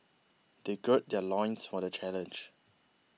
they gird their loins for the challenge